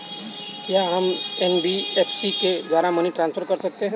क्या हम एन.बी.एफ.सी के द्वारा मनी ट्रांसफर कर सकते हैं?